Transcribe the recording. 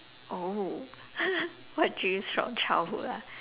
oh what dreams from childhood ah